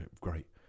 great